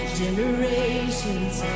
generations